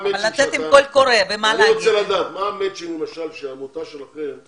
מה המאצ'ינג שהעמותה שלכם,